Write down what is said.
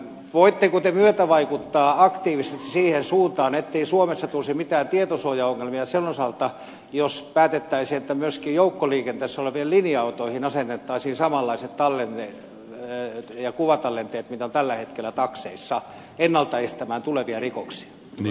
voitteko te myötävaikuttaa aktiivisesti siihen suuntaan ettei suomessa tulisi mitään tietosuojaongelmia sen osalta jos päätettäisiin että myöskin joukkoliikenteessä oleviin linja autoihin asennettaisiin samanlaiset kuvatallennevälineet kuin on tällä hetkellä takseissa ennalta estämään tulevia rikoksia